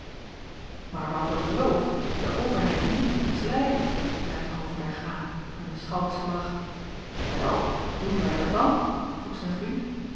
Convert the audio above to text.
maar wij hadden beloofd de overheid niet te misleiden merkte hoogenberg aan met een schalkschen lach wel doen wij dat dan vroeg zijn vriend